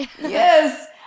Yes